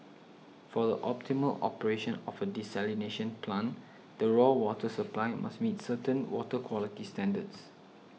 for the optimal operation of a desalination plant the raw water supply must meet certain water quality standards